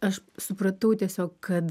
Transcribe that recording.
aš supratau tiesiog kad